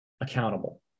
accountable